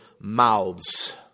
mouths